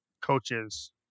coaches